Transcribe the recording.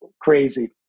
crazy